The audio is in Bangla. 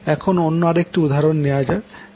এখন অন্য আর একটি উদাহরন নেওয়া যাক